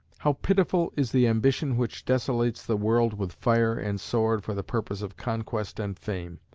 how pitiful is the ambition which desolates the world with fire and sword for the purpose of conquest and fame,